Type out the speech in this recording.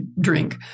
drink